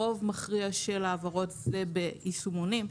הרוב המכריע של העברות נעשה ביישומונים.